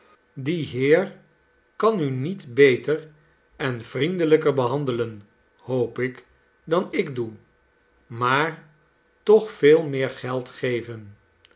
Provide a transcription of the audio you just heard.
die heer kan u met beter en vriendelijker behandelen hoop ik dan ik doe maar toch veel meer geld geven